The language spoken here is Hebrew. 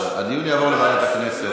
הדיון יעבור לוועדת הכנסת.